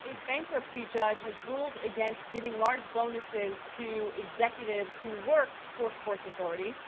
a bankruptcy judge has ruled against giving large bonuses to executives who worked for sports authority.